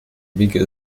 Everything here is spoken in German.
winkel